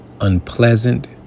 unpleasant